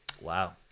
Wow